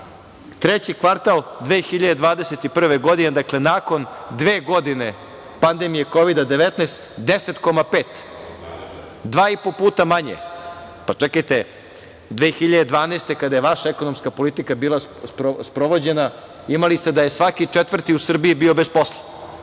treći kvartal 2021. godine, dakle, nakon dve godine pandemije Kovid-19 – 10,5%, dva i po puta manje. Čekajte, 2012. godine, kada je vaša ekonomska politika bila sprovođena, imali ste da je svaki četvrti u Srbiji bio bez posla,